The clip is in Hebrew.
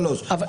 שלוש החלטות,